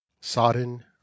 sodden